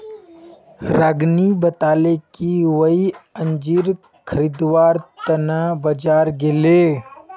रागिनी बताले कि वई अंजीर खरीदवार त न बाजार गेले